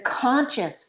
conscious